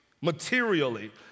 materially